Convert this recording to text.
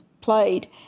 played